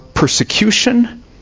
Persecution